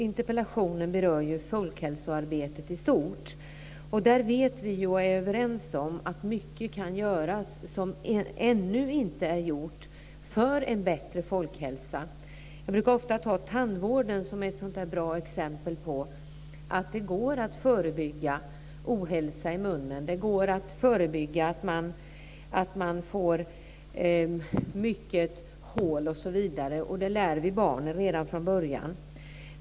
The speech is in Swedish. Interpellationen berör ju folkhälsoarbetet i stort, och vi är överens om att det kan göras mycket som ännu inte är gjort för en bättre folkhälsa. Jag brukar ofta peka på tandvården som ett bra exempel. Det går att förebygga ohälsa i munnen, att man får många hål osv., och detta lär vi barnen redan från början.